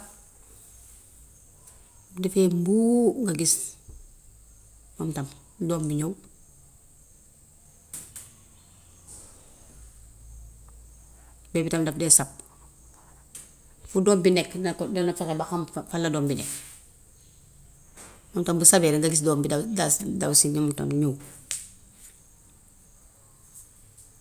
Bu defee buu nga gis moom tam doom bi ñów. Léegi tam daf dee sab. Fu doom bi nekk dana ko dana fexe ba xam fan la doom bi nekk. Moom tam bu sabee rekk nga gis doom bi tam dalsi dawsi moom itamit ñów.